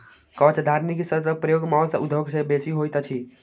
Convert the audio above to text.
कवचधारीनाशकक प्रयोग मौस उद्योग मे बेसी होइत अछि